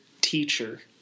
teacher